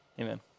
Amen